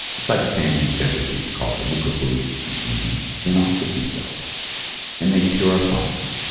it's like a panty centrifuge called the leukapheresis machine, and they spin off the t-cells and they purify them.